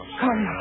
come